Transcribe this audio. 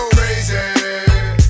crazy